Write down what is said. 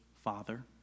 father